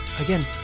Again